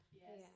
yes